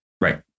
right